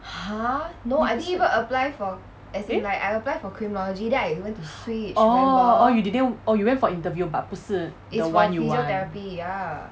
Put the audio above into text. eh orh orh you didn't oh you went for interview but 不是 the one you want